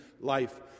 Life